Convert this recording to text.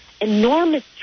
enormous